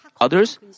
Others